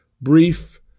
brief